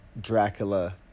Dracula